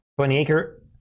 20-acre